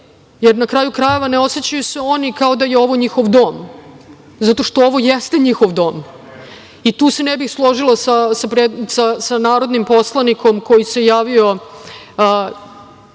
jer na kraju krajeva ne osećaju se oni kao da je ovo njihov dom, zato što ovo jeste njihov dom, i tu se ne bih složila sa narodnim poslanikom koji se javio